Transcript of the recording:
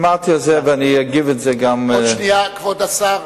שמעתי על זה ואגיב על זה, כבוד השר,